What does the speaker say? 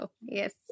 yes